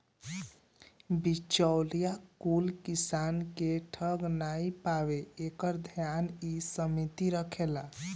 बिचौलिया कुल किसान के ठग नाइ पावे एकर ध्यान इ समिति रखेले